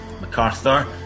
MacArthur